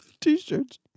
T-shirts